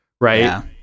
Right